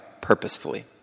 purposefully